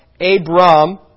Abram